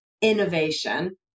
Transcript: innovation